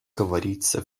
говорится